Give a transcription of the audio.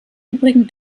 übrigen